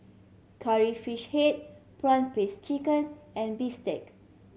Curry Fish Head prawn paste chicken and bistake